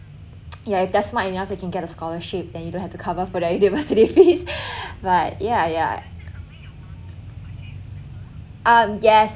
yeah if they're smart enough you can get a scholarship that you don't have to cover for their university fees but yeah yeah um yes